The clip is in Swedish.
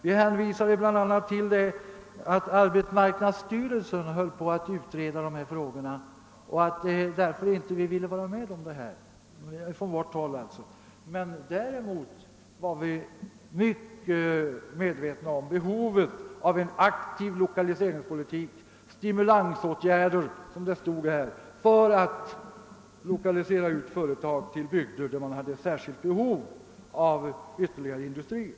Det finns också många exempel på att regeringen under hänvisning till pågående utredning inte velat vara med om ytterligare utredningar. Vårt parti var däremot mycket medvetet om behovet av en aktiv lokaliseringspolitik — stimulansåtgärder, som det stod — för att lokalisera ut företag till bygder som hade särskilt behov av ytterligare industrier.